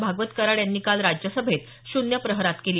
भागवत कराड यांनी काल राज्यसभेत शून्य प्रहरात केली